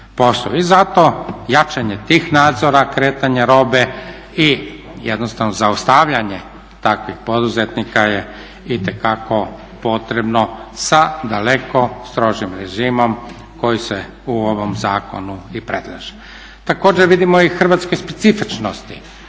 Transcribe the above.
I zato jačanje tih nadzora kretanja robe i jednostavno zaustavljanje takvih poduzetnika je itekako potrebno sa daleko strožim režimom koji se u ovom zakonu i predlaže. Također vidimo i hrvatske specifičnosti